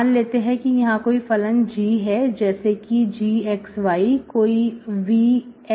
मान लेते हैं कि यहां कोई फलन g है जैसे कि gxy कोई vxy है